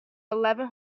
eleven